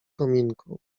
kominku